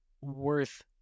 worth